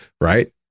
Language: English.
Right